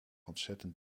ontzettend